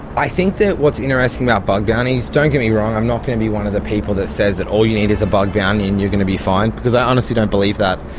i think that what's interesting about bug bounties, don't get me wrong, i'm not going to be one of the people that says that all you need is a bug bounty and you're going to be fine, because i honestly don't believe that.